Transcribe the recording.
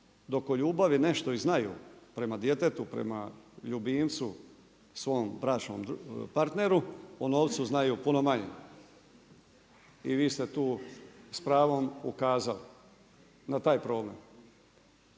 Dok o ljubavi nešto i znaju prema djetetu, prema ljubimcu svom bračnom partneru, o novcu znaju puno manje. I vi ste tu s pravom ukazali, na taj problem.